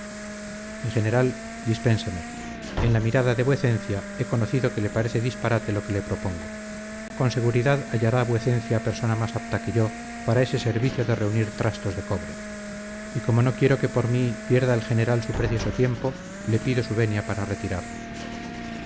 mi general dispénseme en la mirada de vuecencia he conocido que le parece disparate lo que le propongo con seguridad hallará vuecencia persona más apta que yo para ese servicio de reunir trastos de cobre y como no quiero que por mí pierda el general su precioso tiempo le pido su venia para retirarme